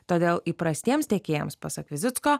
todėl įprastiems tiekėjams pasak kazicko